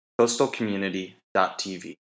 coastalcommunity.tv